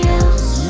else